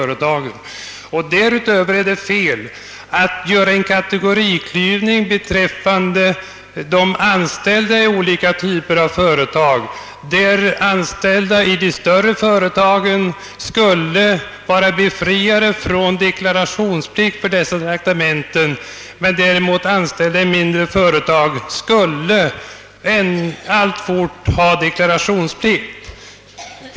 Dessutom är det felaktigt att göra en kategoriklyvning beträffande de anställda i olika typer av företag, enligt vilken anställda i de större företagen skulle vara befriade från deklarationsplikt för dessa traktamenten, medan däremot anställda i mindre företag alltjämt skulle ha deklarationsplikt.